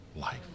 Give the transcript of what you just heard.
life